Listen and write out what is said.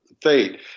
fate